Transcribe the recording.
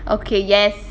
okay yes